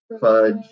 fudge